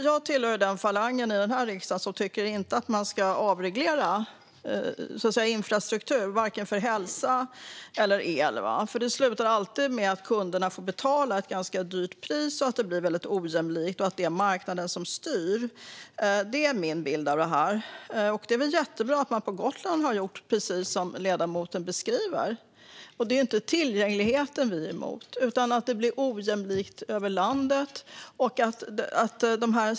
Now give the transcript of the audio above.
Jag tillhör den falang här i riksdagen som inte tycker att man ska avreglera infrastruktur för vare sig hälsa eller el. Det slutar alltid med att kunderna får betala ett ganska högt pris, att det blir ojämlikt och att det är marknaden som styr. Det är min bild av detta. Det är väl jättebra att man på Gotland har gjort precis som ledamoten beskriver. Det är ju inte tillgängligheten vi är emot utan att det blir ojämlikt över landet.